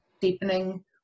deepening